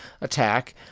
attack